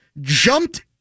Jumped